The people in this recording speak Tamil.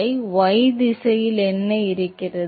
இல்லை y திசையில் என்ன இருக்கிறது